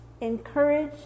encourage